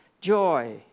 joy